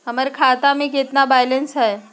हमर खाता में केतना बैलेंस हई?